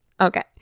Okay